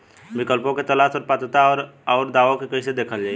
विकल्पों के तलाश और पात्रता और अउरदावों के कइसे देखल जाइ?